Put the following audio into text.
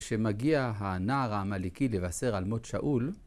כשמגיע הנער העמלקי לבשר על מות שאול